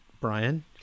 brian